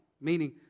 meaning